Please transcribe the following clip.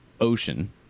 Ocean